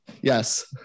Yes